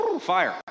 fire